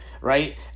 Right